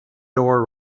door